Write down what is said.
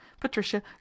Patricia